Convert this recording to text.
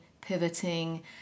pivoting